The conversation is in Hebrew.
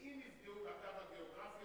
אם יפגעו בקו הגיאוגרפי